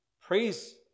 praise